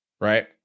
right